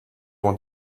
want